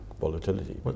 volatility